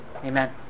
Amen